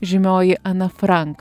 žymioji ana frank